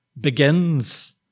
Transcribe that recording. begins